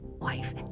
wife